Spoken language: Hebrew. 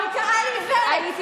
היא קראה לי עיוורת.